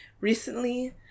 Recently